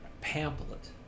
pamphlet